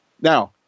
Now